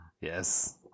Yes